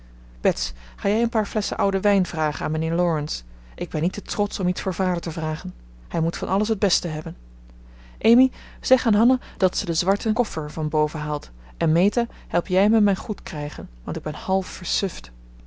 bets ga jij een paar flesschen ouden wijn vragen aan mijnheer laurence ik ben niet te trotsch om iets voor vader te vragen hij moet van alles het beste hebben amy zeg aan hanna dat ze den zwarten koffer van boven haalt en meta help jij me mijn goed krijgen want ik ben half versuft